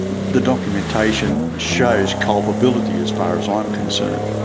the documentation shows culpability as far as i'm concerned.